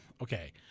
Okay